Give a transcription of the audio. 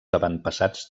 avantpassats